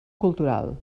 cultural